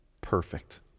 perfect